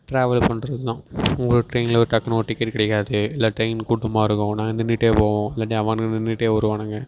travel பண்ணுறது தான் உங்களுக்கு ட்ரெயினில் ஒரு டக்குனு ஒரு டிக்கெட் கிடைக்காது இல்லை ட்ரெயின் கூட்டமாக இருக்கும் நாங்கள் நின்றுட்டே போவோம் இல்லாட்டி அவன் நின்றுட்டே வருவானுங்க